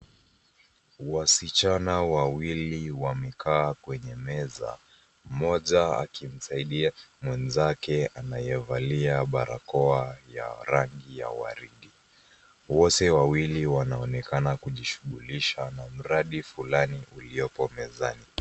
Wasichana wawili wamekaa kwenye meza , mmoja akimsaidia mwenzake anayevalia barakoa ya rangi ya waridi. Wote wawili wanaonekana kujishughulisha na mradi fulani uliopo mezani.